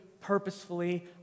purposefully